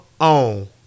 on